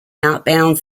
outbound